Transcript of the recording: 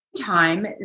time